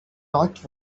not